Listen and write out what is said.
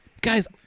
guys